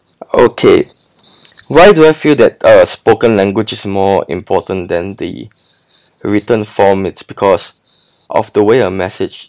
okay why do I feel that a spoken language is more important than the written form it's because of the way a message